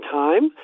time